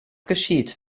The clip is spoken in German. geschieht